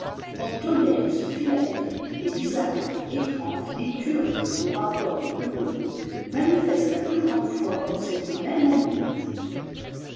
on tolère ce philactère et bizarrerie étrange les turcs au rapport de leloyer manifestent lopins grande foi pour cette même amulette